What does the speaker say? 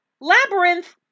Labyrinth